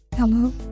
Hello